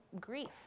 grief